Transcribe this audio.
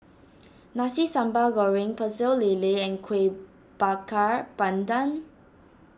Nasi Sambal Goreng Pecel Lele and Kueh Bakar Pandan